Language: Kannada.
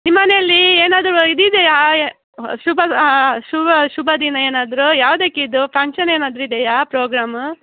ನಿಮ್ಮ ಮನೆಯಲ್ಲಿ ಏನಾದರು ಇದು ಇದೆಯಾ ಶುಭದ ಶುಭದಿನ ಏನಾದರು ಯಾವುದಕ್ಕೆ ಇದು ಪಂಕ್ಷನ್ ಏನಾದರು ಇದೆಯಾ ಪ್ರೋಗ್ರಾಮು